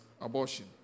abortion